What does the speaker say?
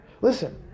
listen